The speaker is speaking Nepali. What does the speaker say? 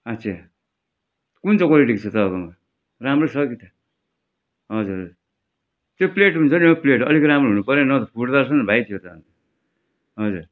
अच्छा कुन चाहिँ क्वालिटीको छ तपाईँकोमा राम्रो छ कि त हजुर त्यो प्लेट हुन्छ नि हो प्लेट अलिक राम्रो हुनुपर्यो नि हो फुट्दोरहेछ नि हो भाइ त्यो त अन्त हजुर